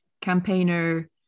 campaigner